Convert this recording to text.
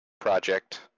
project